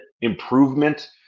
improvement